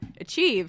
achieve